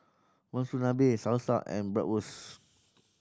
Monsunabe Salsa and Bratwurst